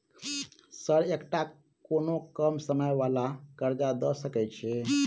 Sir एकटा कोनो कम समय वला कर्जा दऽ सकै छी?